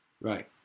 right